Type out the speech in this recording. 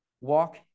walk